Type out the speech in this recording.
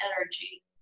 energy